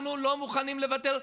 אנחנו לא מוכנים לוותר,